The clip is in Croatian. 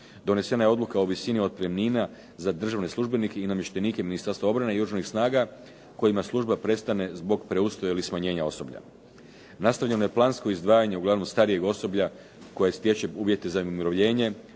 Donesena je odluka o visini otpremnina za državne službenike i namještenike Ministarstva obrane i oružanih snaga kojima služba prestane zbog preustroja ili smanjenja osoblja. Nastavljeno je plansko izdvajanje uglavnom starijeg osoblja koje stiče uvjete za umirovljenje,